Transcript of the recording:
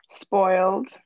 Spoiled